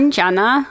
Jenna